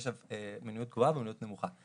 יש מיומנות גבוהה ומיומנות נמוכה.